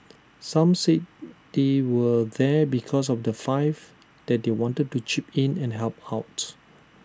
some said they were there because of the five that they wanted to chip in and help out